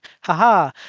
haha